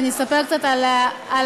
ואני אספר קצת על הרפורמה,